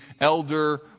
elder